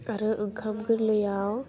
आरो ओंखाम गोरलैयाव